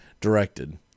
directed